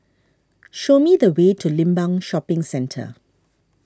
show me the way to Limbang Shopping Centre